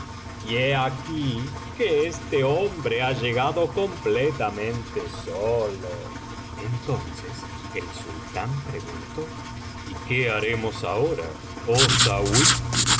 y he aquí que este hombre ha llegado completamente solo entonces el sultán preguntó y qué haremos ahora oh sauí